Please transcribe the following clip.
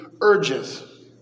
urges